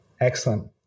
Excellent